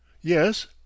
yes